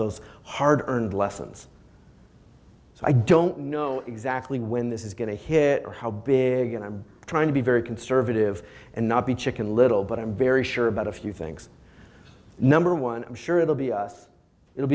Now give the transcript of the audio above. those hard earned lessons so i don't know exactly when this is going to hit or how big and i'm trying to be very conservative and not be chicken little but i'm very sure about a few things number one i'm sure it'll be us it'll